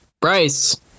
Bryce